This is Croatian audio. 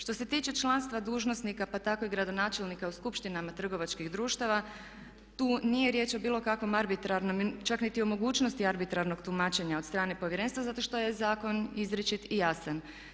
Što se tiče članstva dužnosnika pa tako i gradonačelnika u skupštinama trgovačkih društava, tu nije riječ o bilo kakvom arbitrarnom, čak niti o mogućnosti arbitrarnog tumačenja od strane Povjerenstva zato što je zakon izričit i jasan.